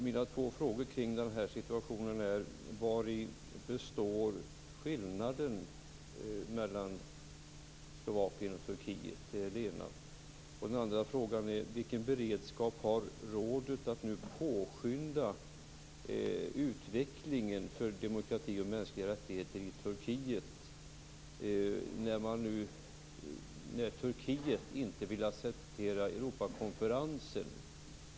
Vari består skillnaden mellan Slovakien och Turkiet? Vilken beredskap har rådet att nu påskynda utvecklingen för demokrati och mänskliga rättigheter i Turkiet? Turkiet vill ju inte acceptera Europakonferensen.